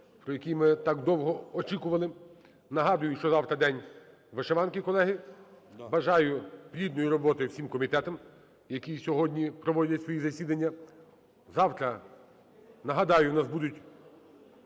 на який ми так довго очікували. Нагадую, що завтра День вишиванки, колеги. Бажаю плідної роботи всім комітетам, які сьогодні проводять свої засідання. Завтра, нагадаю, у нас будуть